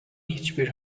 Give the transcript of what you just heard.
hiçbir